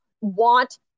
want